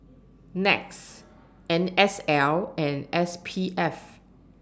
Nets N S L and S P F